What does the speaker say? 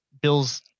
Bill's